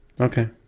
Okay